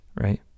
right